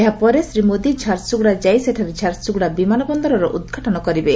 ଏହା ପରେ ଶ୍ରୀ ମୋଦି ଝାରସୁଗୁଡା ଯାଇ ସେଠାରେ ଝାରସୁଗୁଡା ବିମାନ ବନ୍ଦରର ଉଦ୍ଘାଟନ କରିବେ